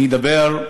אני אדבר,